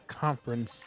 Conference